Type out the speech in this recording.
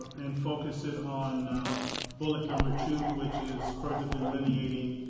and focus it on bullet number two, which is further delineating